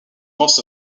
most